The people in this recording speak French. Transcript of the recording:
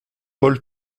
paul